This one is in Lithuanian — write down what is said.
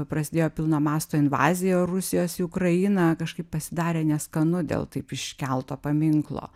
prasidėjo pilno masto invazija rusijos į ukrainą kažkaip pasidarė neskanu dėl taip iškelto paminklo